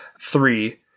Three